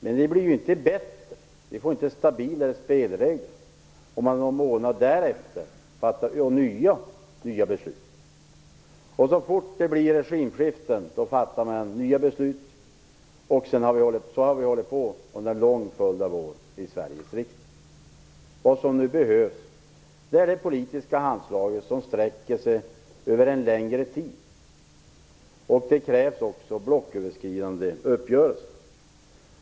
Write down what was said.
Men det blir ju inte bättre och vi får inte stabilare spelregler om man någon månad efteråt fattar nya beslut och så fort det blir regimskifte åter fattar nya beslut. Så har vi hållit på under en lång följd av år i Sveriges riksdag. Vad som nu behövs är det politiska handslaget som sträcker sig över en längre tid. Det krävs också blocköverskridande uppgörelser.